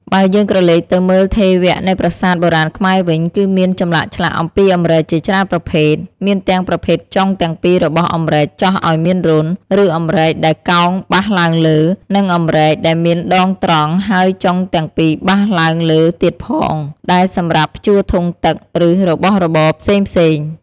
បើយើងក្រឡេកទៅមើលថែវនៃប្រាសាទបុរាណខ្មែរវិញ គឺមានចម្លាក់ឆ្លាក់អំពីអម្រែកជាច្រើនប្រភេទ មានទាំងប្រភេទចុងទាំងពីររបស់អម្រែកចោះឱ្យមានរន្ធ ឬអម្រែកដែលកោងបះឡើងលើ និងអម្រែកដែលមានដងត្រង់ហើយចុងទាំងពីបះឡើងលើទៀតផង ដែលសម្រាប់ព្យួរធុងទឹក ឬរបស់របរផ្សេងៗ។